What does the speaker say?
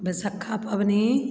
बैसाखी पबनी